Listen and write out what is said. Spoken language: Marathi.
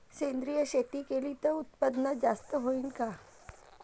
सेंद्रिय शेती केली त उत्पन्न जास्त होईन का?